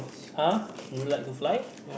ah you like to fly